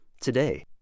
Today